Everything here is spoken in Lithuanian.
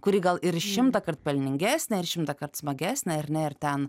kuri gal ir šimtąkart pelningesnė ir šimtąkart smagesnė ar ne ir ten